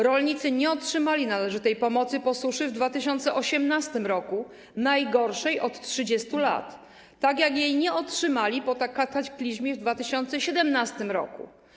Rolnicy nie otrzymali należytej pomocy po suszy w 2018 r., najgorszej od 30 lat, tak jak jej nie otrzymali po kataklizmie w 2017 r.